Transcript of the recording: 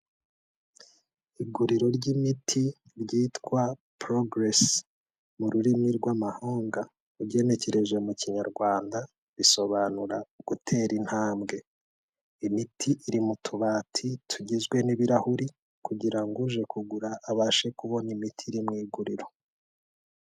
Iguriro ry'imiti ryitwa poroguresi mu rurimi rw'amahanga, ugenekereje mu kinyarwanda risobanura gutera intambwe, imiti iri mu tubati tugizwe n'ibirahuri, kugira ngo uje kugura abashe kubona imiti iri mu iguriro.